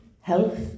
health